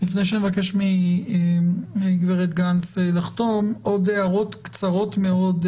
לפני נבקש מגברת גנס לחתום עוד הערות קצרות מאוד,